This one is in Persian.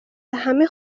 همه